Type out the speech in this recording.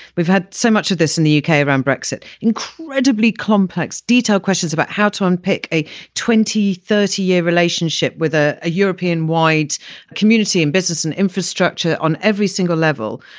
we've had so much of this in the uk ah around brexit, incredibly complex, detailed questions about how to unpick a twenty, thirty year relationship with ah a european wide community and business and infrastructure on every single level.